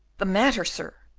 the matter, sir!